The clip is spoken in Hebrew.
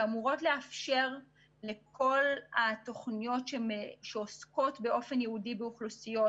שאמורות לאפשר לכל התוכניות שעוסקות באופן ייעודי באוכלוסיות,